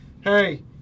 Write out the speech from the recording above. Hey